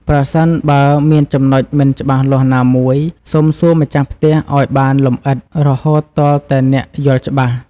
ប្រសិនបើមានចំណុចមិនច្បាស់លាស់ណាមួយ សូមសួរម្ចាស់ផ្ទះឱ្យបានលម្អិត រហូតទាល់តែអ្នកយល់ច្បាស់។